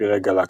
וצבירי גלקסיות.